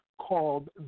Called